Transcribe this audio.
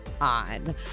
on